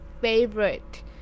favorite